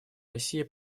россия